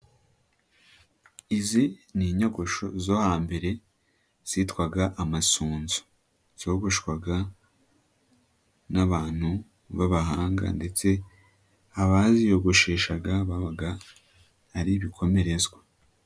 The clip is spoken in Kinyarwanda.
Izi ni inyogosho zo hambere zitwaga amasunzu, zogoshwaga n'abantu b’abahanga, ndetse abaziyogosheshaga babaga ari ibikomerezwa.